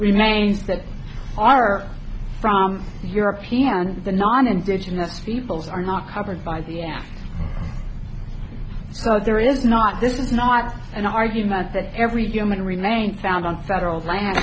remains that are from europe and the non indigenous peoples are not covered by the ass so there is not this is not an argument that every human remains found on federal land